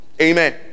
amen